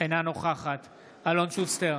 אינה נוכחת אלון שוסטר,